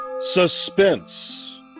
Suspense